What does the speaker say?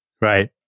Right